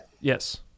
Yes